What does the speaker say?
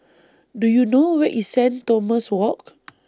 Do YOU know Where IS Saint Thomas Walk